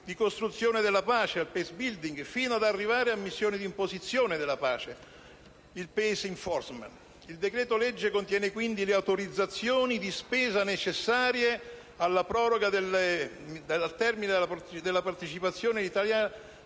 di costruzione della pace (*peace building*), fino ad arrivare a missioni d'imposizione della pace (*peace enforcement*). Il decreto-legge contiene quindi le autorizzazioni di spesa necessarie alla proroga del termine della partecipazione italiana